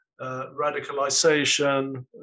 radicalization